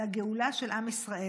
לגאולה של עם ישראל.